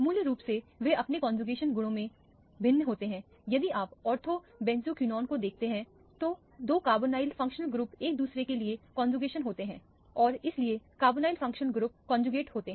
मौलिक रूप से वे अपने कौनजुकेशन गुणों में भिन्न होते हैं यदि आप ऑर्थो बेंज़ोक्विनोन को देखते हैं तो दो कार्बोनिल फ़ंक्शंस ग्रुप एक दूसरे के लिए कौनजूगेटेड होते हैं और इसलिए कार्बोनिल फंक्शनल ग्रुप कन्ज्यूगेट होते हैं